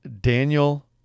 Daniel